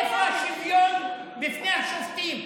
איפה השוויון בפני השופטים?